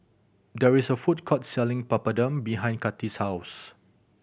there is a food court selling Papadum behind Kathy's house